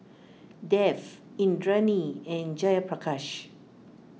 Dev Indranee and Jayaprakash